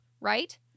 right